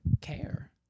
care